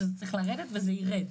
שזה צריך לרדת וזה ירד.